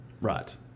Right